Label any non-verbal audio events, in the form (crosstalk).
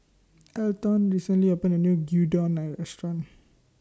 Elton recently opened A New Gyudon (noise) Restaurant